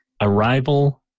Arrival